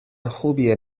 خوبیه